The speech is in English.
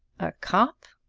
a cop?